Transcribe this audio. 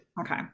Okay